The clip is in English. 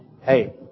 hey